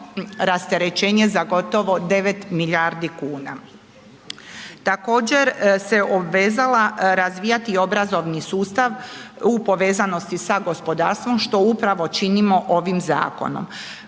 rasterećenje za gotovo 9 milijardi kuna. Također se obvezala razvijati obrazovni sustav u povezanosti sa gospodarstvom što upravo činimo ovim zakonom.